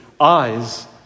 eyes